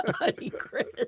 honeycrisp